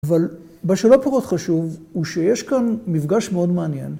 ‫אבל מה שלא פחות חשוב ‫הוא שיש כאן מפגש מאוד מעניין.